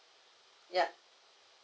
yup